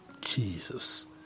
Jesus